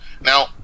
Now